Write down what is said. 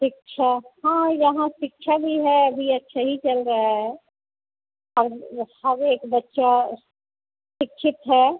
शिक्षा हाँ यहाँ शिक्षा भी है अभी अच्छे ही चल रहा है हर हर एक बच्चा शिक्षित है